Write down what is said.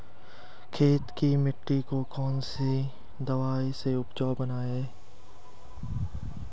खेत की मिटी को कौन सी दवाई से उपजाऊ बनायें?